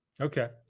Okay